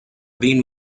been